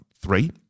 three